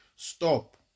stop